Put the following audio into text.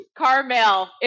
Carmel